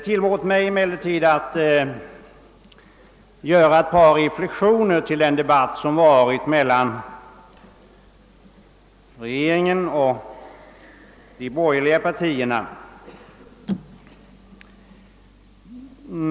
Tillåt mig emellertid, herr talman, att göra ett par reflexioner i anslutning till den debatt som förts mellan regeringen och de borgerliga partierna!